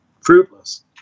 fruitless